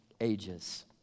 ages